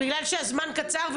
בגלל שהזמן קצר,